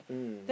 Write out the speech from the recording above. mm